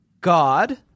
God